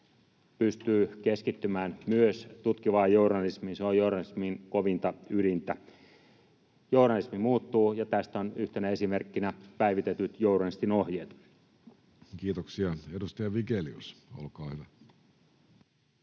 pystyy keskittymään myös tutkivaan journalismiin. Se on journalismin kovinta ydintä. Journalismi muuttuu, ja tästä ovat yhtenä esimerkkinä päivitetyt Journalistin ohjeet. Kiitoksia. — Edustaja Vigelius, olkaa hyvä.